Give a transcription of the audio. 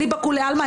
אליבא דכולי עלמא,